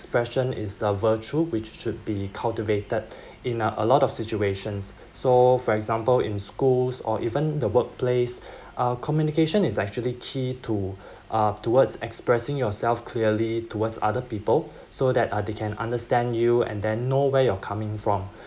expression is a virtue which should be cultivated in uh a lot of situations so for example in schools or even the workplace our communication is actually key to uh towards expressing yourself clearly towards other people so that uh they can understand you and then no where you're coming from